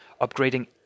upgrading